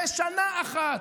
בשנה אחת.